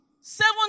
seven